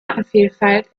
artenvielfalt